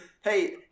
Hey